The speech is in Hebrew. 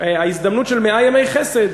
הזדמנות של מאה ימי חסד,